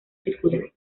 circular